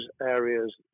areas